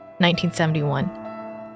1971